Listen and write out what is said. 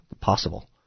possible